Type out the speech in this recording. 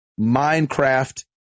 Minecraft